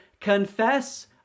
confess